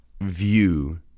view